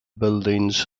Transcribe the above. buildings